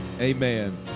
amen